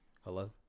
hello